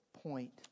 point